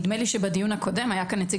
נדמה לי שבדיון הקודם היה כאן נציג